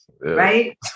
Right